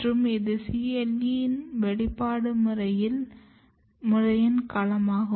மற்றும் இது CLE இன் வெளிப்பாடு முறையின் களமாகும்